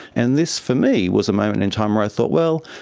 and this for me was a moment in time i thought, well,